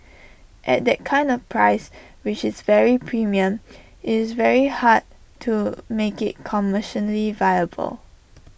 at that kind of price which is very premium is very hard to make IT commercially viable